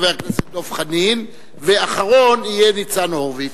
דב חנין, ואחרון, ניצן הורוביץ.